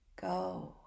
go